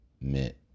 meant